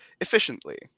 efficiently